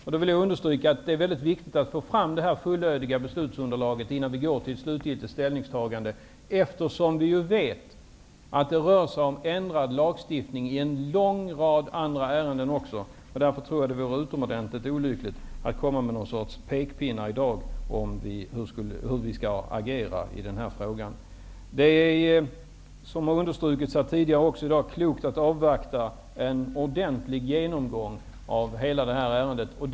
Jag vill understrycka att det är viktigt att få fram det fullödiga beslutsunderlaget innan vi gör ett slutgiltigt ställningstagande, eftersom vi vet att det rör sig om ändrad lagstiftning i en lång rad andra ärenden. Det vore utomordentligt olyckligt att komma med pekpinnar i dag om hur vi skall agera i denna fråga. Det är klokt att avvakta en ordentlig genomgång av ärendet.